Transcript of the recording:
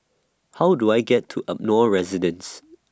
How Do I get to Ardmore Residence